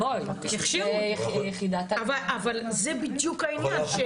אבל זה בדיוק העניין.